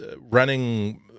running